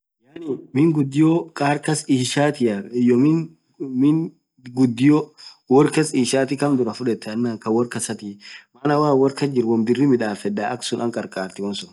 yaani miin ghudio kharkhas ishatian iyyo miin ghudio worr khas ishatian kaam dhuraa futhethaa kaaa worr kasathii maaan won anin worr kasjiru won birii midhafedha akhasun Ann kharkharthi malsun